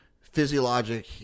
physiologic